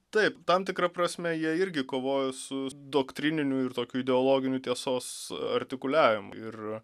taip tam tikra prasme jie irgi kovojo su doktrininiu ir tokiu ideologiniu tiesos artikuliavimu ir